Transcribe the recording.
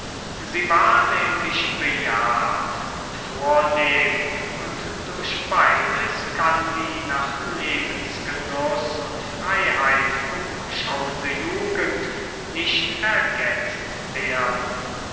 sie war nämlich bejahrt und vornehm und durch beides kann die nach lebensgenuß und freiheit umschauende jugend nicht ergetzt werden